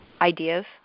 ideas